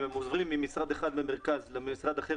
אם עוברים ממשרד אחד במרכז למשרד אחר